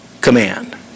command